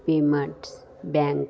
payments bank